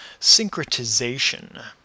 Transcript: syncretization